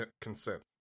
consent